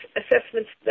assessments